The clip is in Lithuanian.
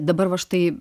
dabar va štai